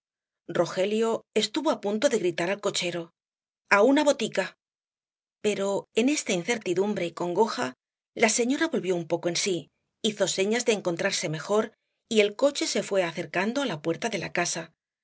rogelio estuvo á punto de gritar al cochero a una botica pero en esta incertidumbre y congoja la señora volvió un poco en sí hizo señas de encontrarse mejor y el coche se fué acercando á la puerta de la casa